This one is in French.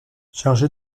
chargé